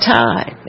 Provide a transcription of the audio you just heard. time